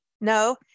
No